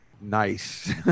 nice